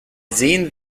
sehen